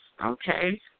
Okay